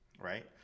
right